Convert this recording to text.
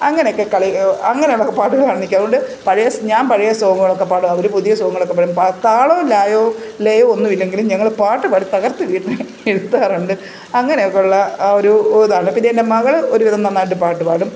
അങ്ങനെയൊക്കെ കളി അങ്ങനെയുള്ള പാട്ടുകളാണെനിക്ക് അതുകൊണ്ട് പഴയ ഞാൻ പഴയ സോങ്ങുകളൊക്കെ പാടും അവർ പുതിയ സോങ്ങുകളൊക്കെ പാടും പ താളവും ലയവും ലയം ഒന്നുമില്ലെങ്കിലും ഞങ്ങൾ പാട്ട് പാടി തകർത്ത് വീട്ടിൽ ഇരുത്താറുണ്ട് അങ്ങനെയൊക്കെ ഉള്ള ആ ഒരു ഉതാണ് പിന്നെ എൻ്റെ മകൾ ഒരുവിധം നന്നായിട്ട് പാട്ട് പാടും